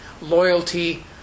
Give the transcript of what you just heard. Loyalty